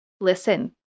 listen